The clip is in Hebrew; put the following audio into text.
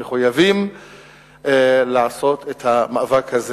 מחויבים לעשות את המאבק הזה.